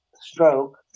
stroke